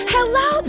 Hello